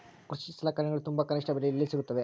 ಕೃಷಿ ಸಲಕರಣಿಗಳು ತುಂಬಾ ಕನಿಷ್ಠ ಬೆಲೆಯಲ್ಲಿ ಎಲ್ಲಿ ಸಿಗುತ್ತವೆ?